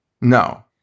No